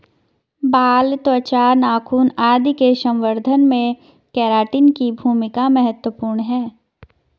बाल, त्वचा, नाखून आदि के संवर्धन में केराटिन की भूमिका महत्त्वपूर्ण है